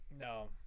No